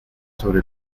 sobre